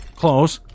close